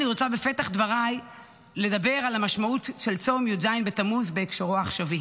בפתח דבריי אני רוצה לדבר על המשמעות של צום י"ז בתמוז בהקשרו העכשווי: